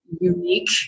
unique